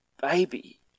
baby